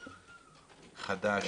חד"ש,